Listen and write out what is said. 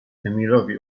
emilowi